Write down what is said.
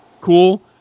cool